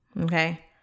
okay